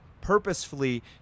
purposefully